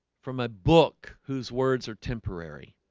from a book whose words are temporary